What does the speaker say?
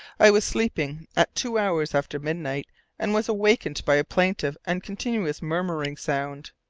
i was sleeping at two hours after midnight and was awakened by a plaintive and continuous murmuring sound.